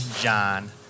john